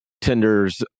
tenders